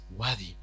worthy